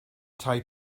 tai